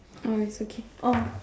oh it is okay oh